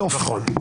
נכון.